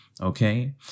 okay